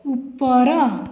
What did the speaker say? ଉପର